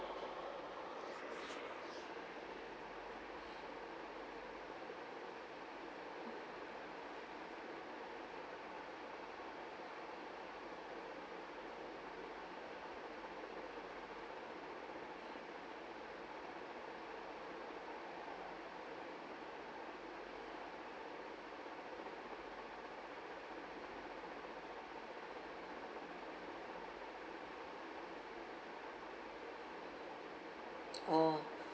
orh